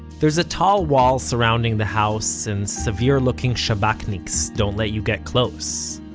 there's a tall wall surrounding the house, and severe looking shabakniks don't let you get close.